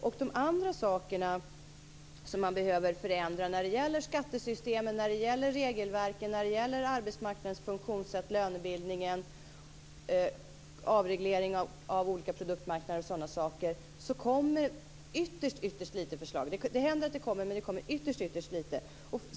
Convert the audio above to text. Det kommer ytterst få förslag om andra förändringar, t.ex. när det gäller skattesystemen, regelverken, arbetsmarknadens funktionssätt, lönebildningen och avregleringen av olika produktmarknader. Det händer att det kommer, men det kommer ytterst få.